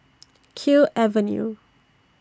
Kew Avenue